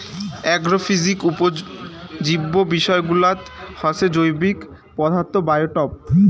agrophysics উপজীব্য বিষয়গুলাত হসে জৈবিক পদার্থ, বায়োটোপ